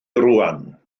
rŵan